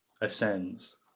ascends